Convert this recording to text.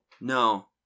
No